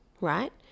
right